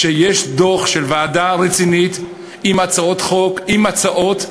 שיש דוח של ועדה רצינית, עם הצעות חוק, עם הצעות.